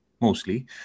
mostly